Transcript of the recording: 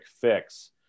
fix